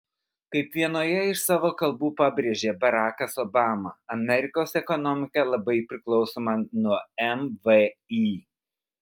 kaip vienoje iš savo kalbų pabrėžė barakas obama amerikos ekonomika labai priklausoma nuo mvį